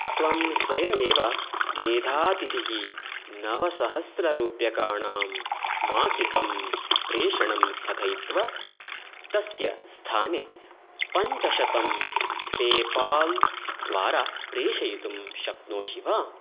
त्वं स्वयमेव मेधातिथिः नवसहस्ररूप्यकाणां मासिकम् प्रेषणं स्थगयित्वा तस्य स्थाने पञ्चशतम् पेपाल् द्वारा प्रेषयितुं शक्नोषि वा